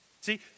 See